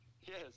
Yes